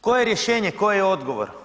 Koje je rješenje, koji je odgovor?